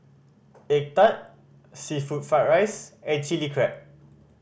egg tart seafood fried rice and Chilli Crab